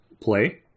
play